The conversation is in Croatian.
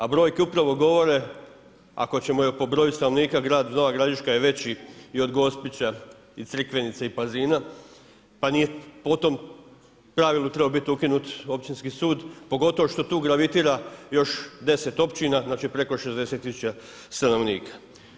A brojke upravo govore ako ćemo po broju stanovnika grad Nova Gradiška je veći i od Gospića i Crikvenice i Pazina pa nije, po tom pravilu bi trebao biti ukinut općinski sud pogotovo što tu gravitira još 10 općina, znači preko 60 tisuća stanovnika.